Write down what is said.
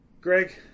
Greg